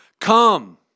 come